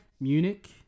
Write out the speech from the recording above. Munich